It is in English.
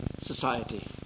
Society